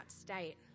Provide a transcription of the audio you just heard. state